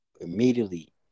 immediately